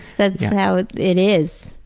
that's how it is.